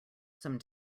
some